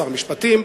שר המשפטים,